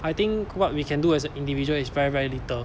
I think what we can do as an individual is very very little